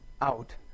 out